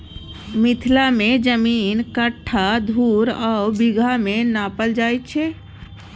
मिथिला मे जमीन कट्ठा, धुर आ बिगहा मे नापल जाइ छै